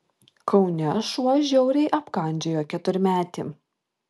kaune šuo žiauriai apkandžiojo keturmetį